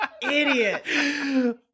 Idiot